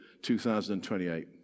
2028